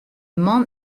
man